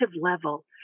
level